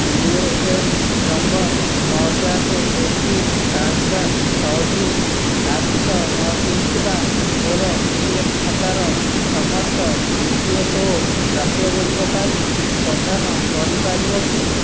you A N number ନ ସାତ ଏକ ତିନି ପାଞ୍ଚ ପାଞ୍ଚ ଛଅ ଦୁଇ ଆଠ ଛଅ ନଅ ତିନି ଥିବା ମୋର ପି ଏଫ୍ ଖାତାର ସମସ୍ତ ଇ ପି ଏଫ୍ ଓ ପ୍ରାପ୍ୟଗୁଡ଼ିକ ପାଇଁ ସନ୍ଧାନ କରିପାରିବ କି